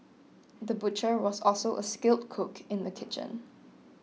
the butcher was also a skilled cook in the kitchen